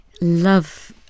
love